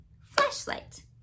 flashlight